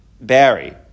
Barry